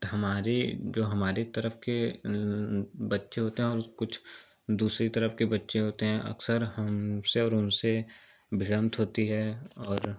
हमारे जो हमारे तरफ के बच्चे होते हैं और कुछ दूसरी तरफ़ के बच्चे होते हैं अक्सर हमसे और उनसे भिड़त होती है और